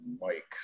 Mike